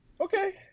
Okay